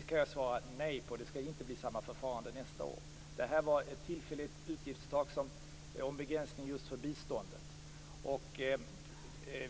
kan jag svara att det inte skall bli samma förfarande. Detta var ett tillfälligt utgiftstak om begränsning just för biståndet.